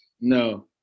No